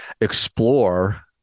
explore